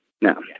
no